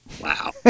Wow